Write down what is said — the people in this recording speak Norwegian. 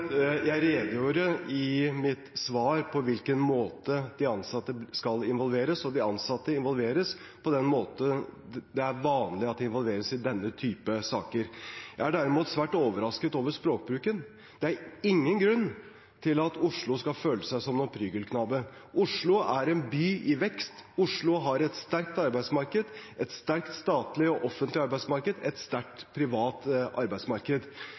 Jeg redegjorde i mitt svar på hvilken måte de ansatte skal involveres, og de ansatte involveres på den måten som det er vanlig at de involveres i denne typen saker. Jeg er derimot svært overrasket over språkbruken. Det er ingen grunn til at Oslo skal føle seg som noen prygelknabe. Oslo er en by i vekst. Oslo har et sterkt arbeidsmarked, et sterkt statlig og offentlig arbeidsmarked, et sterkt privat arbeidsmarked.